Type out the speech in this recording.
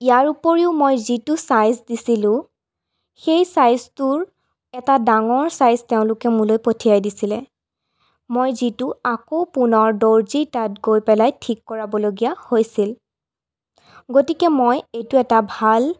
ইয়াৰোপৰিও মই যিটো চাইজ দিছিলো সেই চাইজটোৰ এটা ডাঙৰ চাইজ তেওঁলোকে মোলৈ পঠিয়াই দিছিলে মই যিটো আকৌ পুনৰ দৰ্জীৰ তাত গৈ পেলাই ঠিক কৰাবলগীয়া হৈছিল গতিকে মই এইটো এটা ভাল